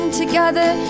together